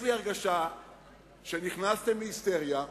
יש לי הרגשה שנכנסתם להיסטריה.